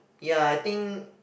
ya I think